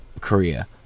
Korea